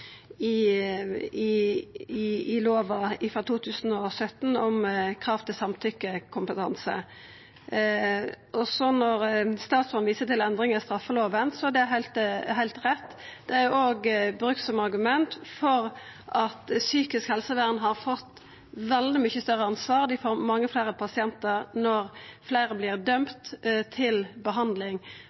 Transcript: helsevern og endringa i lova frå 2017 om krav til samtykkekompetanse. Når statsråden viser til endringar i straffelova, er det heilt rett. Det er òg brukt som argument for at psykisk helsevern har fått veldig mykje større ansvar, dei får mange fleire pasientar når fleire vert dømde til behandling.